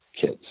kids